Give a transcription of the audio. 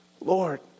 Lord